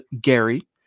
Gary